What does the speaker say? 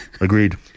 Agreed